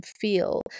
feel